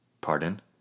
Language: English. Pardon